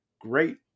great